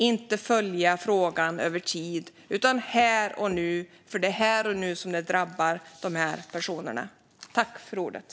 Det handlar inte om att följa frågan över tid, för det är här och nu dessa personer drabbas.